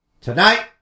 Tonight